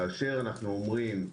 כאשר אנו אומרים: